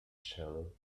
shallow